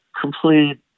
complete